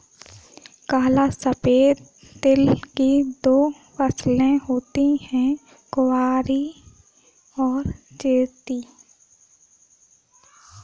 काला और सफेद तिल की दो फसलें होती है कुवारी और चैती